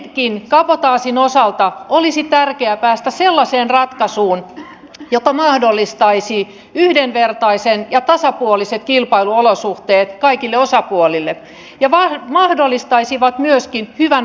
etenkin kabotaasin osalta olisi tärkeää päästä sellaiseen ratkaisuun joka mahdollistaisi yhdenvertaiset ja tasapuoliset kilpailuolosuhteet kaikille osapuolille ja mahdollistaisivat myöskin hyvän valvonnan